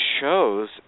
shows